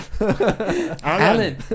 Alan